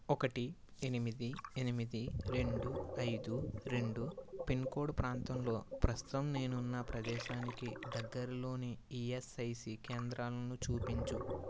ఒకటి ఎనిమిది ఎనిమిది రెండు ఐదు రెండు పిన్కోడ్ ప్రాంతంలో ప్రస్తుతం నేనున్న ప్రదేశానికి దగ్గరలోని ఈఎస్ఐసి కేంద్రాలను చూపించు